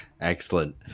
Excellent